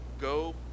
Go